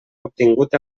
obtingut